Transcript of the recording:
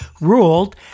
ruled